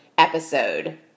episode